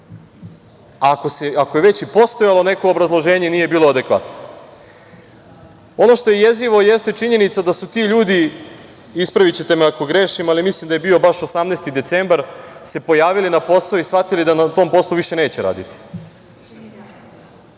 ako je već i postojalo neko obrazloženje, nije bilo adekvatno. Ono što je jezivo jeste činjenica da su se ti ljudi, ispravićete me ako grešim, ali mislim da je bio baš 18. decembar, pojavili na posao i shvatili da na tom poslu neće više raditi.